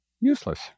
useless